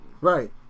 right